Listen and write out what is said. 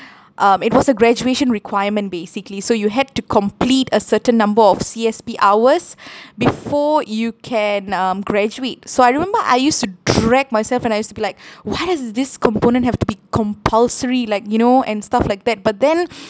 um it was a graduation requirement basically so you had to complete a certain number of C_S_P hours before you can um graduate so I remember I used to drag myself and I used to be like why does this component have to be compulsory like you know and stuff like that but then